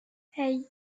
hey